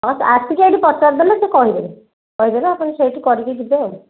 ହଁ ଆସିକି ଏଇଠି ପଚାରି ଦେଲେ ସେ କହି ଦେବେ କହି ଦେଲେ ଆପଣ ସେଇଠି କରିକି ଯିବେ ଆଉ